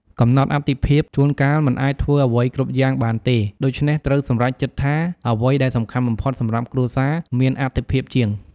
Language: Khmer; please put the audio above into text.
កំណត់អាទិភាព ជួនកាលមិនអាចធ្វើអ្វីគ្រប់យ៉ាងបានទេ ដូច្នេះត្រូវសម្រេចចិត្តថាអ្វីដែលសំខាន់បំផុតសម្រាប់គ្រួសារ មានអទិភាពជាង។